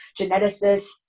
geneticists